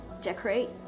decorate